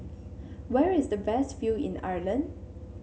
where is the best view in Ireland